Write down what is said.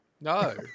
No